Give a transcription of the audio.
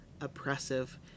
oppressive